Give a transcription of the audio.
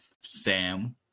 Sam